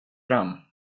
fram